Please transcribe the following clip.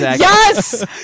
Yes